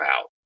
out